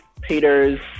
Peters